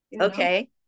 okay